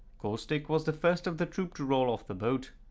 caustic was the first of the troop to roll off the boat.